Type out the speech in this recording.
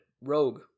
Rogue